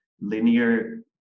linear